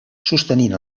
sostenint